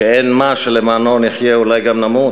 כשאין "מה" שלמענו נחיה, אולי גם נמות.